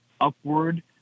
upward